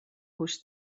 گوش